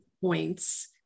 points